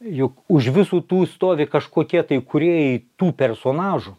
juk už visų tų stovi kažkokie tai kūrėjai tų personažų